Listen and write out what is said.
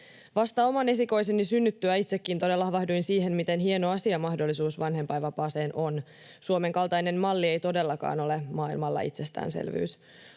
Vasta oman esikoiseni synnyttyä itsekin todella havahduin siihen, miten hieno asia mahdollisuus vanhempainvapaaseen on. Suomen kaltainen malli ei todellakaan ole maailmalla itsestäänselvyys.